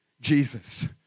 Jesus